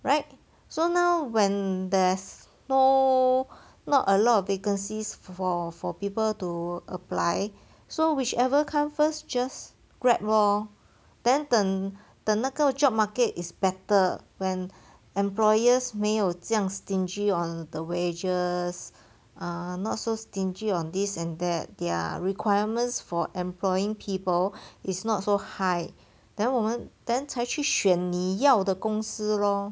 right so now when there's no not a lot of vacancies for for people to apply so whichever come first just grab lor then 等等那个 job market is better when employers 没有这样 stingy on the wages ah not so stingy on this and that their requirements for employing people is not so high then 我们 then 才去选你要的公司 lor